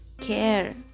care